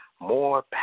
more